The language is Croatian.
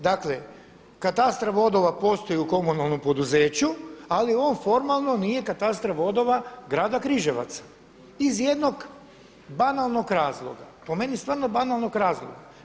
Dakle katastar vodova postoji u komunalnom poduzeću, ali on formalno nije katastar vodova grada Križevaca iz jednog banalnog razloga, po meni stvarno banalnog razloga.